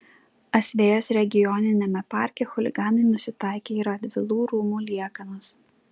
asvejos regioniniame parke chuliganai nusitaikė į radvilų rūmų liekanas